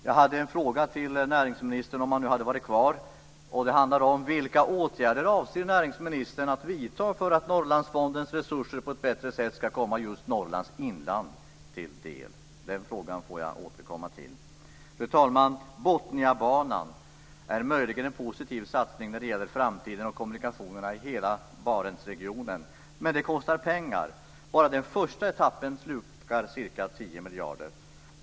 Jag hade en fråga till näringsministern, om han nu hade varit kvar: Vilka åtgärder avser näringsministern att vidta för att Norrlandsfondens resurser på ett bättre sätt skall komma just Norrlands inland till del? Den frågan får jag återkomma till. Fru talman! Botniabanan är möjligen en positiv satsning när det gäller framtiden och kommunikationerna i hela Barentsregionen. Men den kostar pengar. Bara den första etappen slukar ca 10 miljarder kronor.